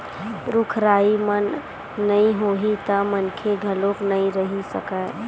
रूख राई नइ होही त मनखे घलोक नइ रहि सकय